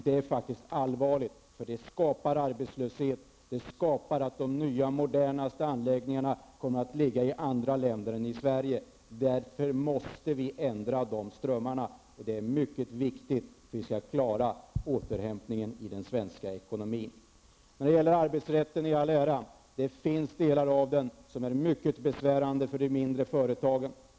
Det är allvarligt, för det skapar arbetslöshet och leder till att de nyaste och modernaste anläggningarna kommer att förläggas utanför Sverige. Vi måste ändra de strömmarna, och det är mycket viktigt att vi klarar återhämtningen i den svenska ekonomin. Arbetsrätten i all ära -- det finns delar av den som är mycket besvärande för de mindre företagen.